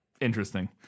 Interesting